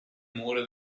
mura